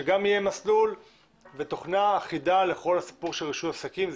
שגם יהיה מסלול ותוכנה אחידה לכל הסיפור של רישוי עסקים.